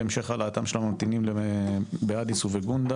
להמשך העלאתם של הממתינים באדיס ובגונדר